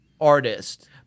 artist